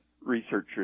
researchers